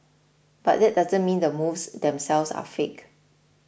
but that doesn't mean the moves themselves are fake